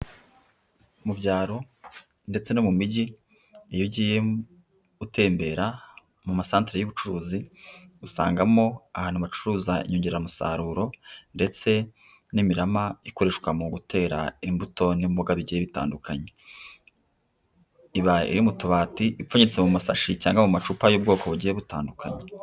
Mu byaro ndetse no mu mijyi, iyo ugiye utembera mu masantere y'ubucuruzi usangamo ahantu hacuruza inyongeramusaruro ndetse n'imirama ikoreshwa mu gutera imbuto n'imboga bigiye bitandukanye. Iba iri mu tubati, ipfunyitse mu masashi cyangwa mu macupa y'ubwoko bugiye butandukanye.